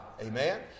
Amen